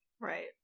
Right